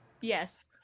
Yes